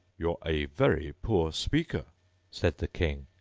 you're a very poor speaker said the king.